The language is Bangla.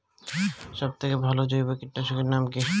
সব থেকে ভালো জৈব কীটনাশক এর নাম কি?